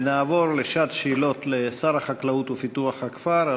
נעבור לשעת שאלות לשר החקלאות ופיתוח הכפר,